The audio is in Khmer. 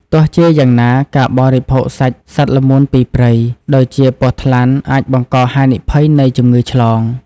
ទោះជាយ៉ាងណា ការបរិភោគសាច់សត្វល្មូនពីព្រៃ ដូចជាពស់ថ្លាន់ អាចបង្កហានិភ័យនៃជំងឺឆ្លង។